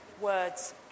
words